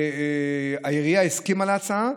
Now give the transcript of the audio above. והעירייה הסכימה להצעה.